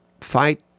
fight